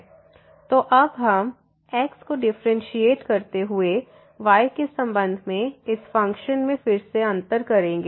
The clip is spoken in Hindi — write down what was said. तो अब हम x को डिफरेंशिएट करते हुए y के संबंध में इस फ़ंक्शन में फिर से अंतर करेंगे